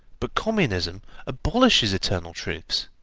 but communism abolishes eternal truths,